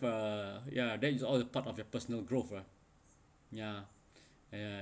ya that is all part of your personal growth ah ya ya